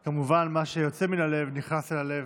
כמובן, מה שיוצא מן הלב נכנס אל הלב.